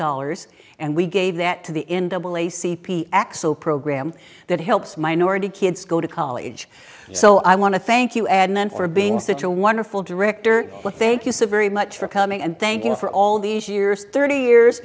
dollars and we gave that to the in double a c p axel program that helps minority kids go to college so i want to thank you and then for being such a wonderful director well thank you so very much for coming and thank you for all these years thirty years